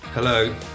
Hello